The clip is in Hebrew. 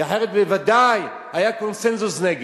כי אחרת בוודאי היה קונסנזוס נגד,